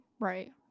right